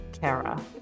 Kara